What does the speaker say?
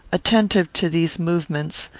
attentive to these movements,